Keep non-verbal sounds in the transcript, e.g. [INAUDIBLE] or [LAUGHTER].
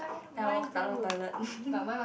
then I walked out the toilet [LAUGHS]